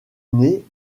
née